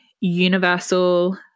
universal